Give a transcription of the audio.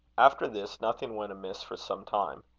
after this, nothing went amiss for some time.